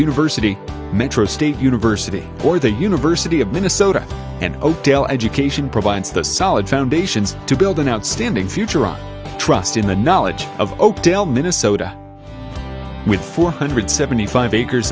university metro state university or the university of minnesota and oakdale education provides the solid foundations to build an outstanding future on trust in the knowledge of minnesota with four hundred seventy five acres